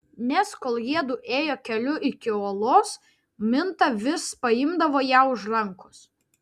nes kol jiedu ėjo keliu iki uolos minta vis paimdavo ją už rankos